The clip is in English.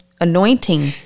anointing